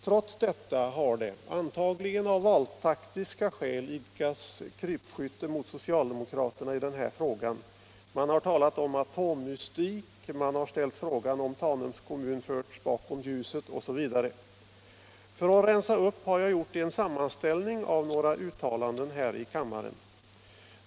Trots detta har det — antagligen av valtaktiska skäl —- idkats krypskytte mot socialdemokraterna i den här frågan. Man har talat om atommystik. Man har ställt frågan, om Tanums kommun förts bakom ljuset, osv. För att rensa upp har jag gjort en sammanställning av några uttalanden här i kammaren.